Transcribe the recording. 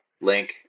Link